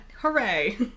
Hooray